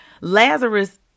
Lazarus